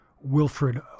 Wilfred